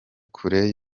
kure